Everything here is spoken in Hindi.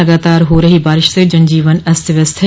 लगातार हो रही बारिश से जन जीवन अस्त व्यस्त है